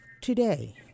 today